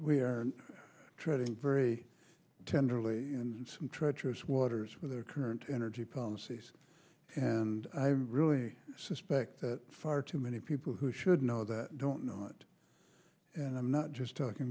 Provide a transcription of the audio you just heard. we are treading very tenderly and some treacherous waters with the current energy policies and i really suspect that far too many people who should know that don't know it and i'm not just talking